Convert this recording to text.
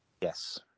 Yes